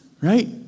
right